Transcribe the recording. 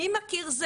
מי מכיר?